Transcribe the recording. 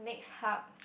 next hub